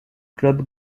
club